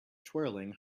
twirling